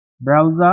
browser